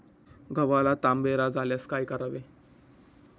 गव्हाला तांबेरा झाल्यास काय करावे?